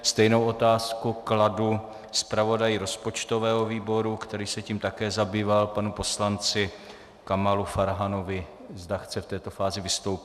Stejnou otázku kladu zpravodaji rozpočtového výboru, který se tím také zabýval, panu poslanci Kamalu Farhanovi, zda chce v této fázi vystoupit.